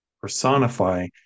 personify